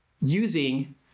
using